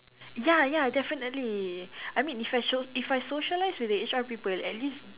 ya ya definitely I mean if I show if I socialise with the H_R people at least